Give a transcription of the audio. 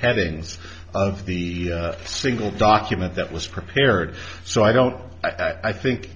headings of the single document that was prepared so i don't i think